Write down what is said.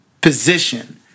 position